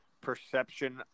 perception